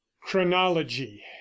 Chronology